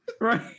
Right